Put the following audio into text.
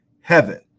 heaven